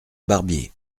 barbier